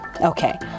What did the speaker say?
Okay